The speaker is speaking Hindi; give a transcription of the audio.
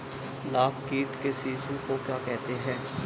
लाख कीट के शिशु को क्या कहते हैं?